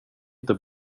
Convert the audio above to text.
inte